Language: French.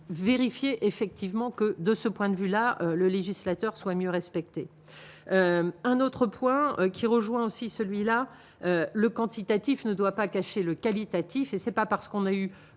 vérifier effectivement que de ce point de vue là le législateur soit mieux respectée, un autre point qui rejoint ainsi celui-là le quantitatif ne doit pas cacher le qualitatif et c'est pas parce qu'on a eu